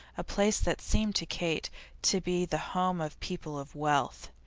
a place that seemed to kate to be the home of people of wealth.